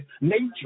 nature